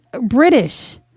British